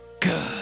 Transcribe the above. good